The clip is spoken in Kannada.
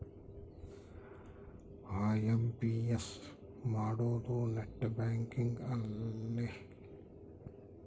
ಐ.ಎಮ್.ಪಿ.ಎಸ್ ಮಾಡೋದು ನೆಟ್ ಬ್ಯಾಂಕಿಂಗ್ ಅಲ್ಲೆ